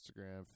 Instagram